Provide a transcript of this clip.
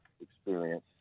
experience